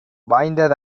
வாய்ந்த